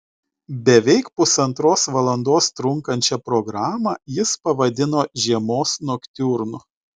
beveik pusantros valandos trunkančią programą jis pavadino žiemos noktiurnu